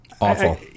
awful